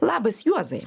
labas juozai